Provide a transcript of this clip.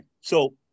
So-